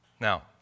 Now